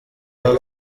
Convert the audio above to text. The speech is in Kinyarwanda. bwa